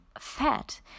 fat